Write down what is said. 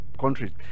countries